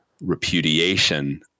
repudiation